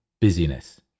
busyness